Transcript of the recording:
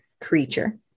creature